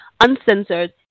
uncensored